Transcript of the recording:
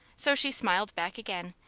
so she smiled back again,